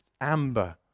amber